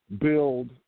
build